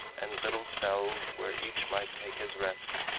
and little cells where each might take his rest,